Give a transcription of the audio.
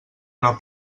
una